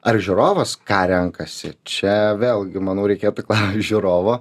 ar žiūrovas ką renkasi čia vėlgi manau reikėtų žiūrovo